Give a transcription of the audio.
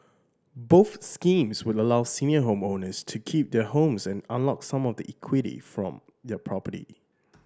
both schemes would allow senior homeowners to keep their homes and unlock some of the equity from their property